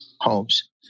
homes